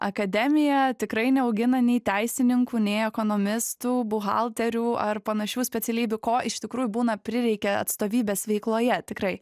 akademija tikrai neaugina nei teisininkų nei ekonomistų buhalterių ar panašių specialybių ko iš tikrųjų būna prireikia atstovybės veikloje tikrai